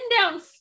down